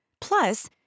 Plus